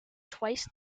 twice